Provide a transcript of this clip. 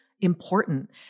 important